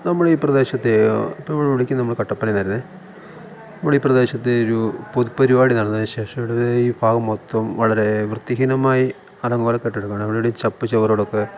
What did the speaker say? നമ്മളെ ഈ പ്രദേശത്തെ ഇപ്പം നമ്മൾ വിളിക്കുന്ന നമ്മൾ കട്ടപ്പനയിൽ നിന്നായിരുന്നു നമ്മൾ ഈ പ്രദേശത്തെ ഒരു പൊതുപരിപാടി നടന്നതിന് ശേഷം ഭാഗം മൊത്തം വളരെ വൃത്തിഹീനമായി അലങ്കോലപ്പെട്ടു കിടക്കുന്നു അവിടെ അവിടെ ചപ്പു ചവറുകളൊക്കെ